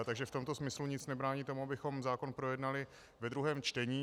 Takže v tomto smyslu nic nebrání tomu, abychom zákon projednali ve druhém čtení.